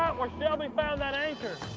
where shelby found that anchor.